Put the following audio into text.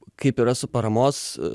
kaip yra su paramos